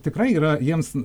tikrai yra jiems